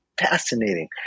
fascinating